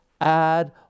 add